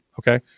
okay